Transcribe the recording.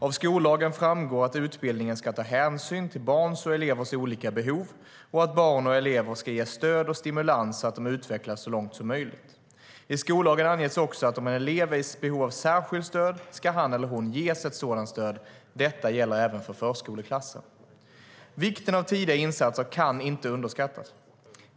Av skollagen framgår att utbildningen ska ta hänsyn till barns och elevers olika behov och att barn och elever ska ges stöd och stimulans så att de utvecklas så långt som möjligt. I skollagen anges också att om en elev är i behov av särskilt stöd ska han eller hon ges ett sådant stöd. Detta gäller även för förskoleklassen. Vikten av tidiga insatser kan inte underskattas.